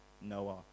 noah